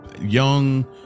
young